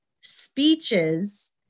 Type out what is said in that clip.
speeches